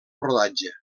rodatge